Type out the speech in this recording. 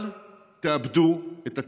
אל תאבדו את התקווה.